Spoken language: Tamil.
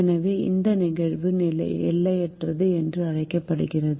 எனவே இந்த நிகழ்வு எல்லையற்றது என்று அழைக்கப்படுகிறது